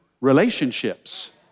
relationships